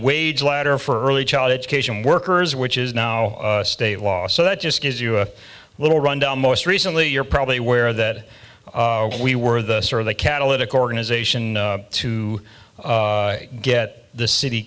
wage ladder for early child education workers which is now state law so that just gives you a little rundown most recently you're probably aware that we were the sort of the catalytic organization to get the city